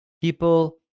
people